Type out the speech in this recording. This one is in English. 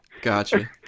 Gotcha